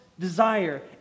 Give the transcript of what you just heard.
desire